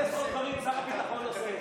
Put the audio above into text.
אחד שהוא עושה,